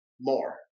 more